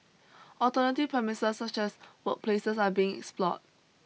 alternative premises such as workplaces are being explored